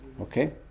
Okay